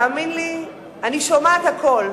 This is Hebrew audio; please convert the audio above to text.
תאמין לי, אני שומעת הכול.